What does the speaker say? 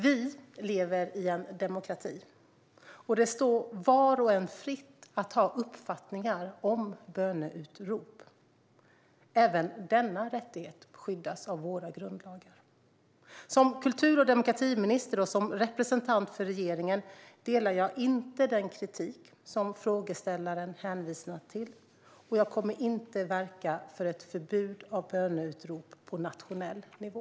Vi lever i en demokrati, och det står var och en fritt att ha uppfattningar om böneutrop. Även denna rättighet skyddas av våra grundlagar. Som kultur och demokratiminister och som representant för regeringen delar jag inte den kritik som frågeställaren hänvisar till, och jag kommer inte att verka för ett förbud av böneutrop på nationell nivå.